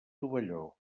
tovalló